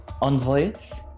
envoys